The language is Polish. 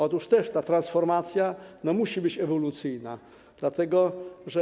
Otóż też ta transformacja musi być ewolucyjna, dlatego że.